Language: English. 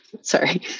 sorry